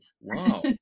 Wow